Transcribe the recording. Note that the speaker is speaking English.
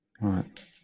right